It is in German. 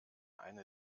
eine